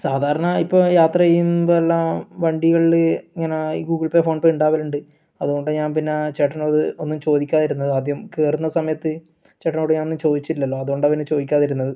സാധാരണ ഇപ്പം യാത്ര ചെയ്യുമ്പോൾ എല്ലാം വണ്ടികളിൽ ഇങ്ങനെ ഈ ഗൂഗിൾ പേ ഫോൺ പേ ഉണ്ടാവലുണ്ട് അതുകൊണ്ടാണ് ഞാൻ പിന്നെ ചേട്ടനോട് ഒന്നും ചോദിക്കാതിരുന്നത് ആദ്യം കയറുന്ന സമയത്ത് ചേട്ടനോട് ഞാനൊന്നും ചോദിച്ചില്ലല്ലോ അതോണ്ടാ പിന്നെ ചോദിക്കാതിരുന്നത്